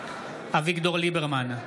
אביגדור ליברמן,